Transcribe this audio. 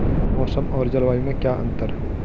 मौसम और जलवायु में क्या अंतर?